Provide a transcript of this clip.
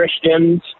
Christians